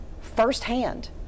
firsthand